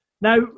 Now